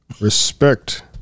respect